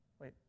Wait